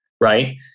right